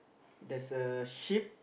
there's a sheep